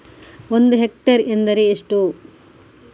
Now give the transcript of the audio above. ಒಂದು ಹೆಕ್ಟೇರ್ ಎಂದರೆ ಎಷ್ಟು?